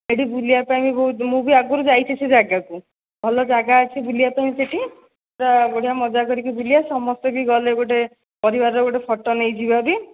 ସେଇଠି ବୁଲିବା ପାଇଁ ବି ବହୁତ ମୁଁ ବି ଆଗରୁ ଯାଇଛି ସେହି ଜାଗାକୁ ଭଲ ଜାଗା ଅଛି ବୁଲିବା ପାଇଁ ସେଇଠି ତ ବଢ଼ିଆ ମଜା କରିକି ବୁଲିବା ସମସ୍ତେ ବି ଗଲେ ଗୋଟେ ପରିବାରର ଗୋଟେ ଫଟୋ ନେଇଯିବା ବି